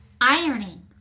ironing